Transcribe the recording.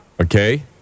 okay